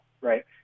right